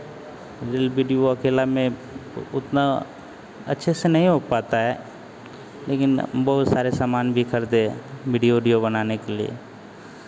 reel video अकेला में उ उतना अच्छे से नहीं हो पाता है लेकिन बहुत सारे समान भी खरीदे वीडियो उडिओ बनाने के लिए